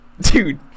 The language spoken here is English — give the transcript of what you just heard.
Dude